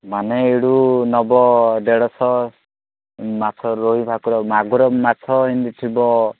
ମାନେ ଏଇଠୁ ନବ ଦେଢ଼ଶହ ମାଛ ରୋହି ଭାକୁର ମାଗୁର ମାଛ ଏମିତି ଥିବ